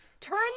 Turn